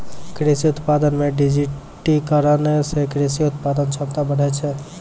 कृषि उत्पादन मे डिजिटिकरण से कृषि उत्पादन क्षमता बढ़ै छै